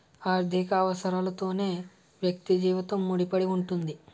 ఆర్థిక అవసరాలతోనే వ్యక్తి జీవితం ముడిపడి ఉంటుంది